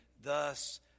thus